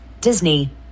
Disney